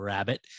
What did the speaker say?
Rabbit